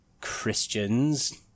Christians